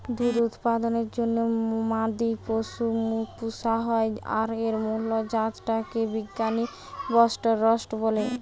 দুধ উৎপাদনের জন্যে মাদি পশু পুশা হয় আর এর মুল জাত টা কে বিজ্ঞানে বস্টরস বলে